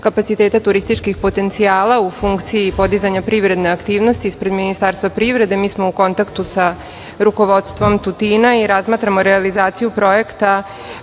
turističkih potencijala u funkciji podizanja privredne aktivnosti ispred Ministarstva privrede. Mi smo u kontaktu sa rukovodstvom Tutina i razmatramo realizaciju projekta